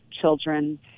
children